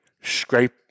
scrape